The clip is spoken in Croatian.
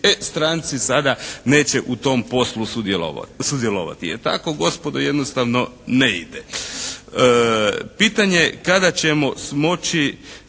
e stranci sada neće u tom poslu sudjelovati. E tako gospodo jednostavno ne ide. Pitanje kada ćemo smoći